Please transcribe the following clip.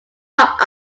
top